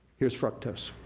here's fructose.